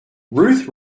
ruth